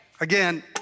Again